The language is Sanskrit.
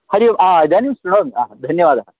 हरिः ओम् इदानीं श्रुणोमि धन्यवादः